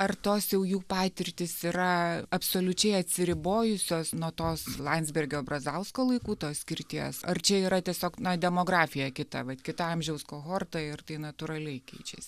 ar tos jau jų patirtys yra absoliučiai atsiribojusios nuo tos landsbergio brazausko laikų tos skirties ar čia yra tiesiog na demografija kita vat kita amžiaus kohorta ir tai natūraliai keičiasi